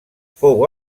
fou